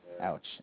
Ouch